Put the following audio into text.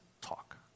talk